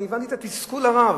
אני הבנתי את התסכול הרב.